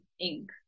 ink